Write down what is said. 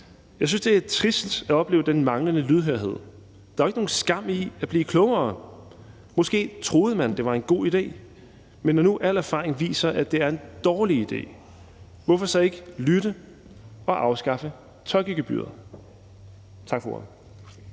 Jeg synes, det er trist at opleve den manglende lydhørhed. Der er jo ikke nogen skam i at blive klogere. For måske troede man, at det var en god idé, men når nu al erfaring viser, at det er en dårlig idé, hvorfor så ikke lytte til det og afskaffe tolkegebyret? Tak for ordet.